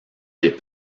des